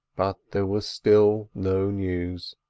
but there was still no news.